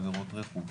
בעבירות רכוש.